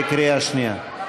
בקריאה שנייה.